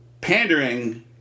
pandering